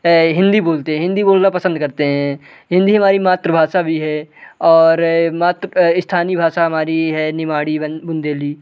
हिंदी बोलते हैं हिंदी बोलना पसंद करते हैं हिंदी हमारी मातृभाषा भी है और स्थानीय भाषा हमारी है निमाड़ी बुंदेली